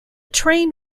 train